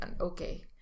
okay